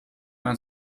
man